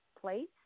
place